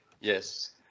Yes